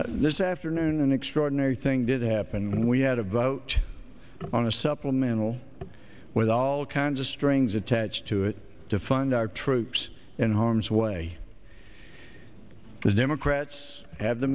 there's afternoon an extraordinary thing did happen when we had a vote on a supplemental with all kinds of strings attached to it to fund our troops in harm's way the democrats have the